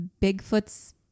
Bigfoot's